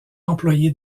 employé